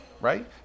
right